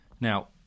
Now